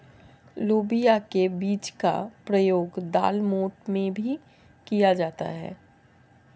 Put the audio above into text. लोबिया के बीज का प्रयोग दालमोठ में भी किया जाता है